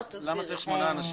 שלהן.